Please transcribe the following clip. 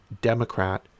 Democrat